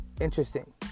Interesting